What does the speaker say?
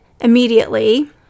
immediately